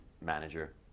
manager